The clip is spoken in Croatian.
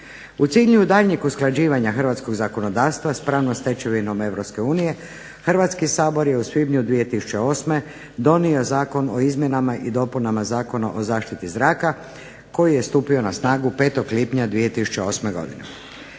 U cilju daljnjeg usklađivanja Hrvatskog zakonodavstva s pravnom stečevinom Europske unije, Hrvatski sabor je u svibnju 2008. donio Zakon o izmjenama i dopunama Zakona o zaštiti zraka, koji je stupio na snagu 5. lipnja 2008. godine.